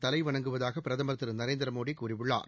தலைவணங்குவதாக பிரதமர் திரு நரேந்திரமோடி கூறியுள்ளார்